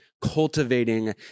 cultivating